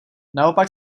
naopak